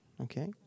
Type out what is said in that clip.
okay